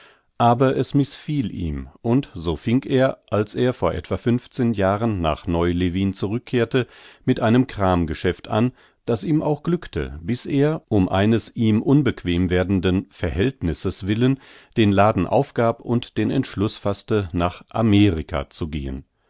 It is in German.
aber es mißfiel ihm und so fing er als er vor etwa jahren nach neu lewin zurückkehrte mit einem kramgeschäft an das ihm auch glückte bis er um eines ihm unbequem werdenden verhältnisses willen den laden aufgab und den entschluß faßte nach amerika zu gehen